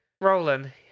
Roland